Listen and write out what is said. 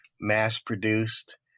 mass-produced